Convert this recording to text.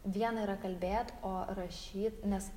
viena yra kalbėt o rašyt nes